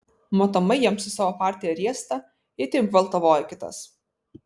matomai jam su savo partija riesta jei taip gvaltavoja kitas